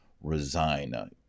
resign